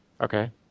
Okay